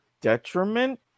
detriment